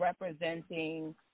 representing